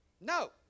No